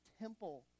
temple